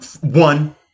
one